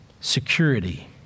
Security